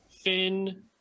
Finn